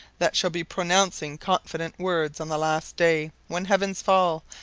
that shall be pronouncing confident words on the last day, when heavens fall,